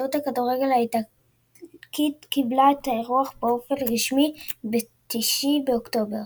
והתאחדות הכדורגל האיטלקית קיבלה את האירוח באופן רשמי ב-9 באוקטובר.